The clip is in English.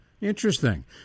Interesting